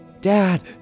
Dad